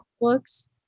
books